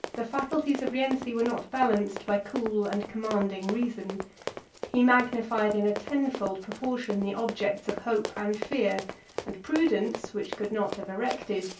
the faculties of rienzi were not balanced by cool and commanding reason he magnified in a tenfold proportion the objects of hope and fear and prudence, which could not have erected,